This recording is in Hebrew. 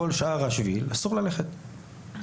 אסור ללכת,